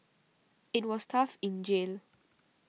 it was tough in jail